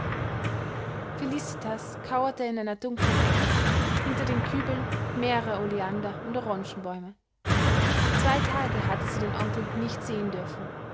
felicitas kauerte in einer dunklen ecke hinter den kübeln mehrerer oleander und orangenbäume zwei tage hatte sie den onkel nicht sehen dürfen